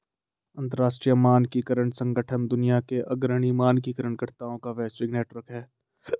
अंतर्राष्ट्रीय मानकीकरण संगठन दुनिया के अग्रणी मानकीकरण कर्ताओं का वैश्विक नेटवर्क है